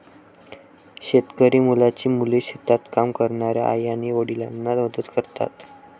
शेतकरी मुलांची मुले शेतात काम करणाऱ्या आई आणि वडिलांना मदत करतात